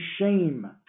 shame